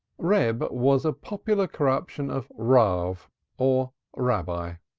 reb was a popular corruption of rav or rabbi.